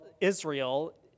Israel